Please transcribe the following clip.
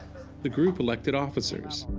the group elected officers,